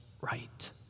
right